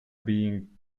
being